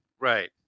Right